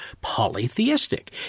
polytheistic